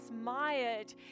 mired